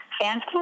fans